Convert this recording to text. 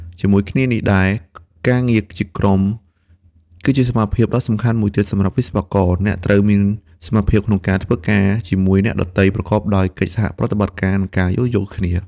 ជាមួយគ្នានេះដែរការងារជាក្រុម គឺជាសមត្ថភាពដ៏សំខាន់មួយសម្រាប់វិស្វករ អ្នកត្រូវមាន សមត្ថភាពក្នុងការធ្វើការជាមួយអ្នកដទៃប្រកបដោយកិច្ចសហប្រតិបត្តិការ និងការយោគយល់គ្នា។